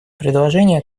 предложение